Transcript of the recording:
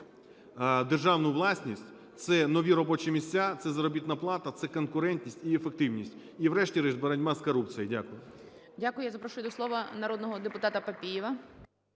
державну власністю – це нові робочі місця, це заробітна плата, це конкурентність і ефективність, і, врешті-решт, боротьба з корупцією. Дякую. ГОЛОВУЮЧИЙ. Дякую. Я запрошую до слова народного депутата Папієва.